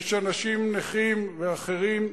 יש אנשים נכים ואחרים,